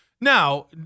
Now